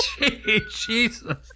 Jesus